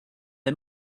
let